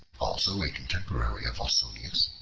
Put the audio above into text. also a contemporary of ausonius,